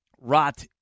Rot